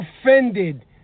offended